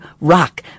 ROCK